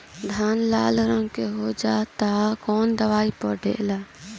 धान लाल रंग के हो जाता कवन दवाई पढ़े?